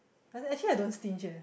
like that actually I don't stinge eh